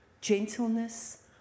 gentleness